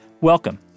Welcome